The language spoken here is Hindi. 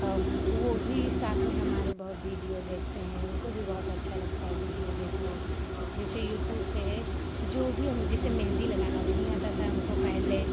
और वह भी साथ में हमारे बहुत वीडियो देखते हैं उनको भी बहुत अच्छा लगता है वीडियो देखना जैसे यूट्यूब पर है जो भी हो जैसे मेहँदी लगाना नहीं आता था हमको पहले